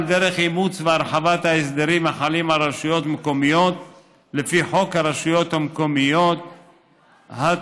על דרך אימוץ והרחבה של ההסדרים לפי חוק הרשויות המקומיות (בחירות),